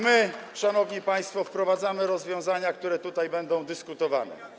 My, szanowni państwo, wprowadzamy rozwiązania, które tutaj będą dyskutowane.